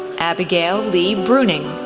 abigail lee bruning,